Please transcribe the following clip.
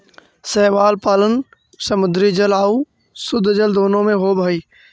शैवाल पालन समुद्री जल आउ शुद्धजल दोनों में होब हई